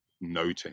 noting